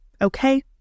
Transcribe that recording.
Okay